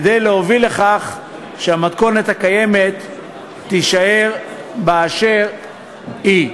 כדי להוביל לכך שהמתכונת הקיימת תישאר באשר היא.